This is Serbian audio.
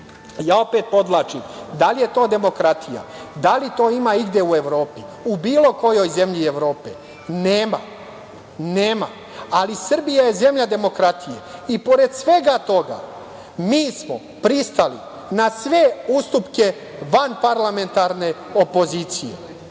Opet podvlačim, da li je to demokratija? Da li to ima igde u Evropi, u bilo kojoj zemlji Evrope? Nema. Nema, ali Srbija je zemlja demokratije i pored svega toga mi smo pristali na sve ustupke vanparlamentarne opozicije.